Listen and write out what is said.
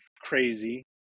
crazy